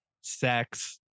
sex